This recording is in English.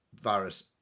virus